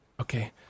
Okay